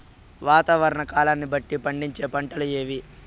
వాతావరణ కాలాన్ని బట్టి పండించే పంటలు ఏవి?